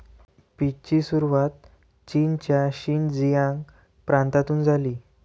पीचची सुरुवात चीनच्या शिनजियांग प्रांतातून झाली